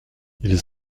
ils